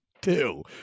Two